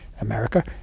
America